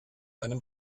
einem